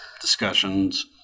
discussions